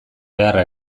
beharra